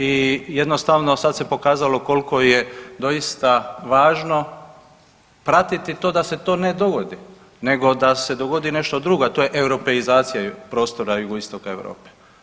I jednostavno sad se pokazalo koliko je doista važno pratiti to da se to ne dogodi, nego da se dogodi nešto drugo, a to je europeizacija prostora jugoistoka Europe.